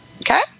Okay